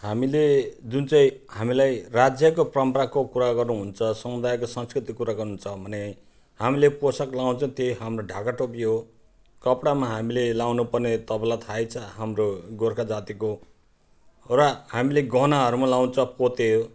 हामीले जुन चाहिँ हामीलाई राज्यको परम्पराको कुरा गर्नुहुन्छ समुदायको संस्कृतिको कुरा गर्नुहुन्छ भने हामीले पोसाक लगाउँछौँ त्यही हाम्रो ढाका टोपी हो कपडामा हामीले लगाउनुपर्ने तपाईँलाई थाहै छ हाम्रो गोर्खा जातिको र हामीले गहनाहरूमा लाउँछ पोते हो